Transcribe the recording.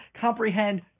comprehend